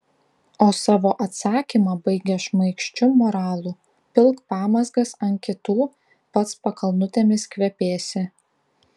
o savo atsakymą baigia šmaikščiu moralu pilk pamazgas ant kitų pats pakalnutėmis kvepėsi